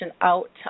out